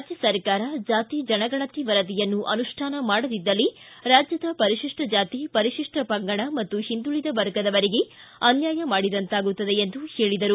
ರಾಜ್ಯ ಸರ್ಕಾರ ಜಾತಿ ಜನಗಣತಿ ವರದಿಯನ್ನು ಅನುಷ್ಠಾನ ಮಾಡದಿದ್ದಲ್ಲಿ ರಾಜ್ಯದ ಪರಿಶಿಷ್ಟ ಜಾತಿ ಪರಿಶಿಷ್ಟ ಪಂಗಡ ಮತ್ತು ಹಿಂದುಳಿದ ವರ್ಗದವರಿಗೆ ಅನ್ವಾಯ ಮಾಡಿದಂತಾಗುತ್ತದೆ ಎಂದು ಹೇಳಿದರು